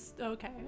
okay